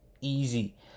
easy